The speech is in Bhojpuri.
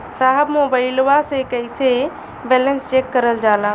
साहब मोबइलवा से कईसे बैलेंस चेक करल जाला?